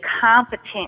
competent